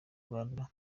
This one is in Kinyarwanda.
rwanda